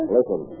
Listen